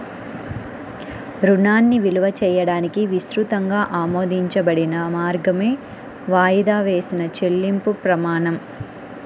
రుణాన్ని విలువ చేయడానికి విస్తృతంగా ఆమోదించబడిన మార్గమే వాయిదా వేసిన చెల్లింపు ప్రమాణం